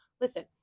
Listen